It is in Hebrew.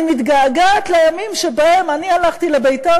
אני מתגעגעת לימים שבהם אני הלכתי ל"בית"ר",